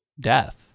death